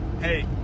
hey